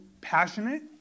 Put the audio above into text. passionate